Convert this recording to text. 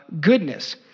goodness